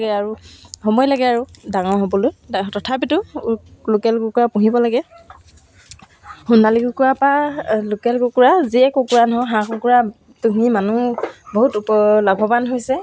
মই ৰুমাল তাৰপিছত গাৰু কভাৰ এইবিলাক কৰিছিলোঁ কৰি পিনি লাহে লাহে মই যেতিয়া মেট্ৰিক দি পিনি মেট্ৰিক দি হাই ছেকেণ্ডৰী পাছ কৰিছিলোঁ তেতিয়া